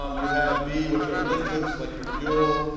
um you have b, which are liquids like your fuel,